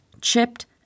chipped